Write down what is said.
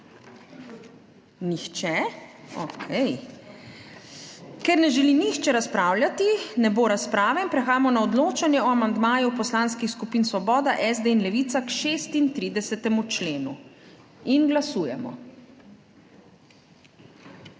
Nihče. Okej. Ker ne želi nihče razpravljati, ne bo razprave. Prehajamo na odločanje o amandmaju poslanskih skupin Svoboda, SD in Levica k 36. členu. Glasujemo.